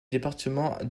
département